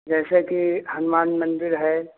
जैसे कि हनुमान मंदिर है